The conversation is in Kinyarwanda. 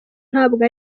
ntabwo